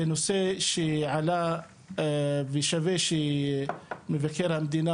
זה נושא שעלה ושווה שמבקר המדינה,